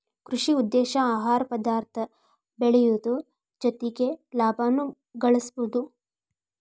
ಕೃಷಿ ಉದ್ದೇಶಾ ಆಹಾರ ಪದಾರ್ಥ ಬೆಳಿಯುದು ಜೊತಿಗೆ ಲಾಭಾನು ಗಳಸುದು